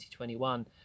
2021